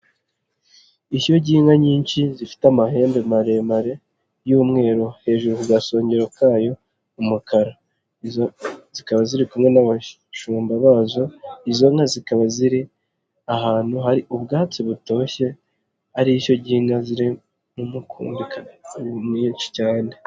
Ishyo ry'inka nyinshi zifite amahembe maremare y'umweru, hejuru ku gasongero kayo umukara. Zikaba ziri kumwe n'abashumba bazo, izo nka zikaba ziri ahantu hari ubwatsi butoshye, hari ishyo ry'inka ziri mu mukumbi nyinshi cyane.